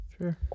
Sure